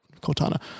Cortana